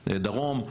דרום.